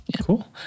Cool